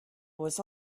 was